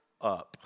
up